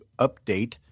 update